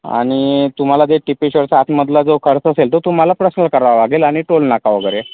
आणि तुम्हाला जे टिपेश्वरचं आतमधला जो खर्च असेल तो तुम्हाला प्रसनल करावा लागेल आणि टोलनाका वगैरे